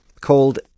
called